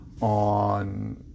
on